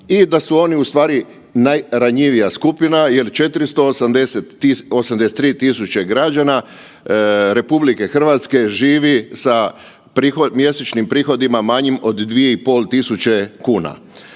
i da su oni ustvari najranjivija skupina jer 483.000 građana RH živi sa mjesečnim prihodima manjim od 2.500 kuna.